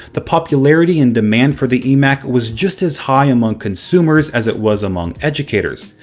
the popularity and demand for the emac was just as high among consumers as it was among educators.